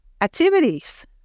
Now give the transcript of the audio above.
activities